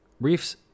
Reef's